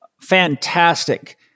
Fantastic